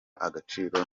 agaciro